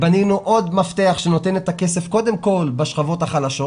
בנינו עוד מפתח שנותן את הכסף קודם כל בשכבות החלשות.